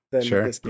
sure